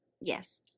yes